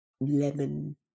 lemon